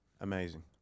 Amazing